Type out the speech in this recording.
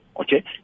Okay